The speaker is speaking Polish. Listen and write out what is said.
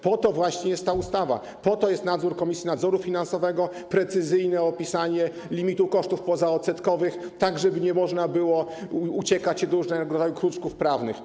Po to właśnie jest ta ustawa, po to jest Komisja Nadzoru Finansowego, precyzyjne opisanie limitu kosztów pozaodsetkowych, tak żeby nie można było uciekać się do różnego rodzaju kruczków prawnych.